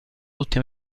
tutti